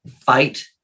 fight